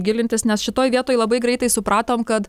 gilintis nes šitoj vietoj labai greitai supratom kad